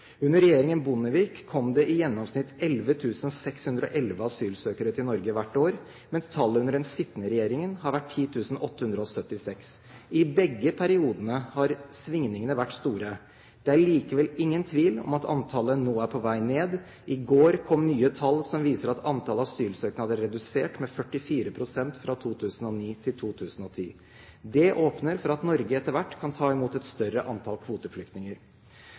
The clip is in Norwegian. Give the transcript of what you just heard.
Under regjeringen Bondevik kom det i gjennomsnitt 11 611 asylsøkere til Norge hvert år, mens tallet under den sittende regjeringen har vært 10 876. I begge periodene har svingningene vært store. Det er likevel ingen tvil om at antallet nå er på vei ned. I går kom nye tall som viser at antall asylsøknader er redusert med 44 pst. fra 2009 til 2010. Det åpner for at Norge etter hvert kan ta imot et større antall kvoteflyktninger.